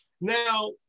Now